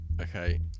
Okay